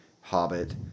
Hobbit